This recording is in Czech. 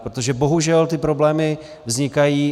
Protože bohužel ty problémy vznikají.